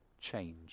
Change